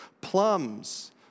Plums